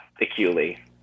acutely